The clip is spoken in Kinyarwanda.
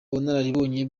ubunararibonye